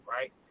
right